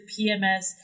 PMS